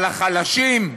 על החלשים?